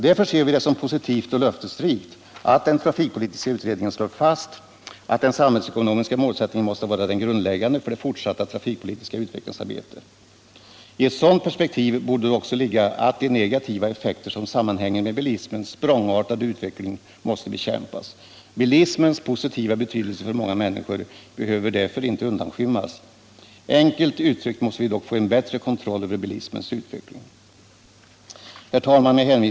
Därför ser vi det som positivt och löftesrikt att den trafikpolitiska utredningen slår fast att den samhällsekonomiska målsättningen måste vara den grundläggande för det fortsatta trafikpolitiska utvecklingsarbetet. I ett sådant perspektiv borde då också ligga att de negativa effekter som sammanhänger med bilismens språngartade utveckling måste bekämpas. Bilismens positiva betydelse för många människor behöver därför inte undanskymmas. Enkelt uttryckt måste vi dock få en bättre kontroll över bilismens utveckling.